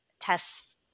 tests